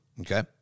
Okay